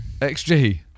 XG